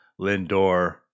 Lindor